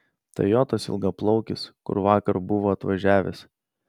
tai jo tas ilgaplaukis kur vakar buvo atvažiavęs